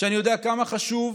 שאני יודע כמה חשובה